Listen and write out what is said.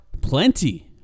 plenty